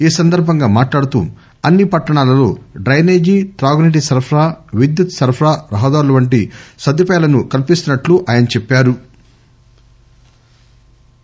ఈ సందర్బంగా మాట్లాడుతూ అన్ని పట్టణాల్లో డ్రెనేజీ తాగునీటి సరఫరా విద్యుత్ సరఫరా రహదారులు వంటి సదుపాయాలను కల్పిస్తున్నట్లు ఆయన చెప్పారు